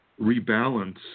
rebalance